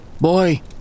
Boy